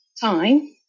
time